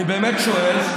אני באמת שואל,